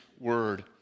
word